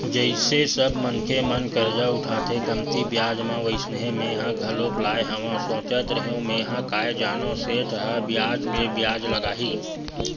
जइसे सब मनखे मन करजा उठाथे कमती बियाज म वइसने मेंहा घलोक लाय हव सोचत रेहेव मेंहा काय जानव सेठ ह बियाज पे बियाज लगाही